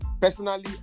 personally